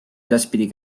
edaspidi